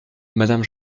madame